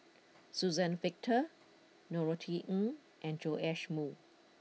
Suzann Victor Norothy Ng and Joash Moo